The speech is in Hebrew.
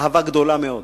אהבה גדולה מאוד.